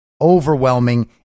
overwhelming